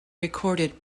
recorded